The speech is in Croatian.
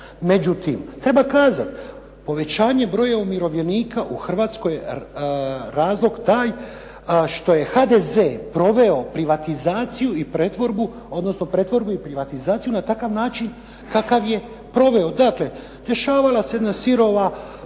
Međutim, treba kazati povećanje broja umirovljenika u Hrvatskoj razlog taj što je HDZ proveo privatizaciju i pretvorbu, odnosno pretvorbu i privatizaciju na takav način kakav je proveo. Dakle, rješavala se jedna sirova